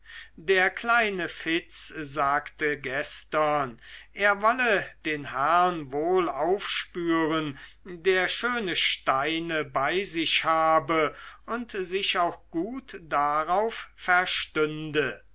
der kleine fitz sagte gestern er wolle den herrn wohl aufspüren der schöne steine bei sich habe und sich auch gut darauf verstünde